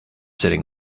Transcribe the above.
sitting